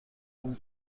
اون